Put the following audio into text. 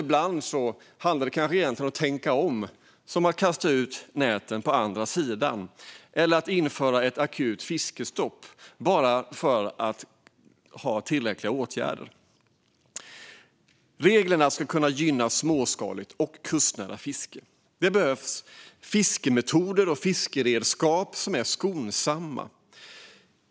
Ibland handlar det kanske egentligen om att tänka om, som att kasta ut näten på andra sidan eller att införa ett akut fiskestopp, för att ha tillräckliga åtgärder. Reglerna ska gynna småskaligt och kustnära fiske. Det behövs fiskemetoder och fiskeredskap som är skonsamma.